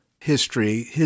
history